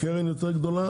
קרן יותר גדולה,